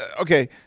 okay